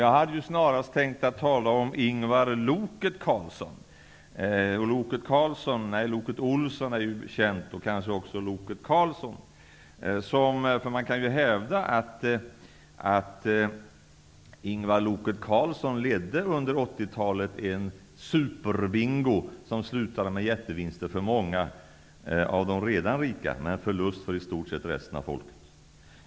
Jag hade snarast tänkt tala om Ingvar ''Loket'' Carlsson. ''Loket'' Olsson är ju känd, kanske också ''Loket'' Carlsson. Man kan ju hävda att Ingvar ''Loket'' Carlsson under 80-talet ledde en superbingo, som slutade med jättevinster för många av de redan rika, men med förlust för i stort sett resten av folket.